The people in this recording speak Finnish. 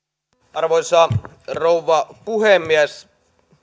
arvoisa rouva puhemies